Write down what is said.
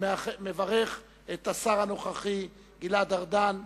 אני מברך את השר הנוכחי גלעד ארדן,